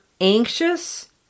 anxious